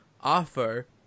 offer